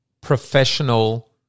professional